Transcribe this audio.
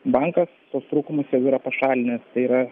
bankas tuos trūkumus jau yra pašalinęs yra